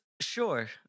Sure